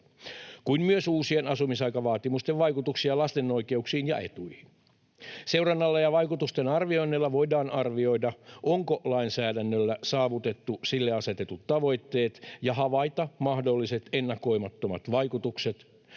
kuin myös uusien asumisaikavaatimusten vaikutuksia lasten oikeuksiin ja etuihin. Seurannalla ja vaikutustenarvioinneilla voidaan arvioida, onko lainsäädännöllä saavutettu sille asetetut tavoitteet, ja havaita mahdolliset ennakoimattomat vaikutukset